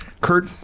Kurt